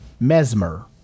mesmer